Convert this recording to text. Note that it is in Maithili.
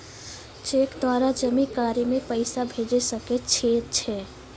चैक द्वारा जमा करि के पैसा भेजै सकय छियै?